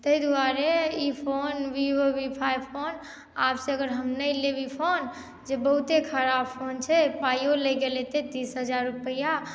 ताहि द्वारे ई phone Vivo V five phone आबसँ अगर हम नहि लेब ई फोन जे बहुते खराब फोन छै पाइयो लागि गेल एतेक तीस हजार रुपैआ